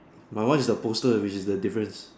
my one is a poster which is a difference